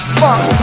fuck